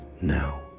now